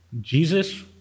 Jesus